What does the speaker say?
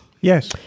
Yes